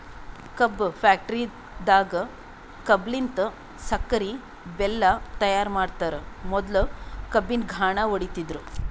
ಕಬ್ಬ್ ಫ್ಯಾಕ್ಟರಿದಾಗ್ ಕಬ್ಬಲಿನ್ತ್ ಸಕ್ಕರಿ ಬೆಲ್ಲಾ ತೈಯಾರ್ ಮಾಡ್ತರ್ ಮೊದ್ಲ ಕಬ್ಬಿನ್ ಘಾಣ ಹೊಡಿತಿದ್ರು